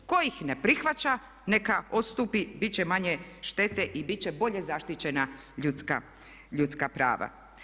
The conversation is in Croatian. Tko ih ne prihvaća neka odstupi bit će manje štete i bit će bolje zaštićena ljudska prava.